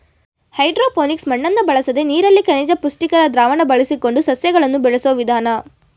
hydroponics ಮಣ್ಣನ್ನು ಬಳಸದೆ ನೀರಲ್ಲಿ ಖನಿಜ ಪುಷ್ಟಿಕಾರಿ ದ್ರಾವಣ ಬಳಸಿಕೊಂಡು ಸಸ್ಯಗಳನ್ನು ಬೆಳೆಸೋ ವಿಧಾನ